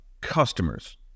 customers